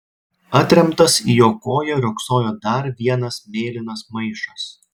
atremtas į jo koją riogsojo dar vienas mėlynas maišas